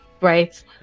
right